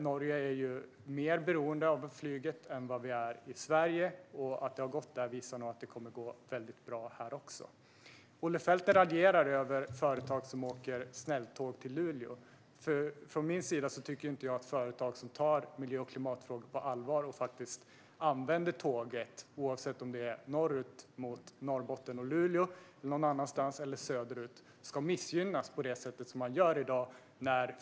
Norge är ju mer beroende av flyget än vad vi är i Sverige, och att det har gått där visar nog att det kommer att gå väldigt bra här också. Olle Felten raljerar över företag som åker snälltåg till Luleå. Jag tycker inte att företag som tar miljö och klimatfrågor på allvar och som använder tåget, oavsett om det är norrut mot Norrbotten och Luleå, söderut eller någon annanstans, ska missgynnas på det sätt som sker i dag.